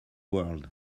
world